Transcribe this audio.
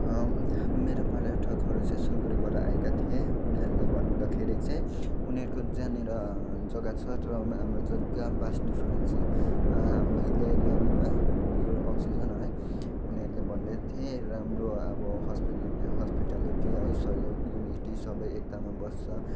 मेरो पर्याटकहरू चेचाहिँ सिलगढीबाट आएका थिए उनीहरूले भन्दाखेरि चाहिँ उनीहरूको जहाँनिर जग्गा छ हाम्रो जग्गा भास्ट डिफरेन्स छ हाम्रो हिल एरियामा प्युर अक्सिजन है उनीहरूले भन्दै थिए राम्रो अब हस्पिट हस्पिटालिटी है सहयोग युनिटी सबै एकतामा बस्छ